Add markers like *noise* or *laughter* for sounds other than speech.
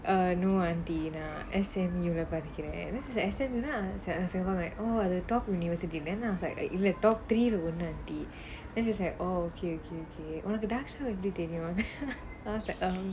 err no auntie நான்:naan S_M_U leh படிக்கிறேன்:padikkiraen then she's like S_M_U அது:athu oh the top university then I was like இல்ல:illa top three leh ஒன்னு:onnu auntie then she was like oh okay okay okay உனக்கு:unakku dakshina எப்பிடி தெரியும்:eppidi teriyum then *laughs* I was like um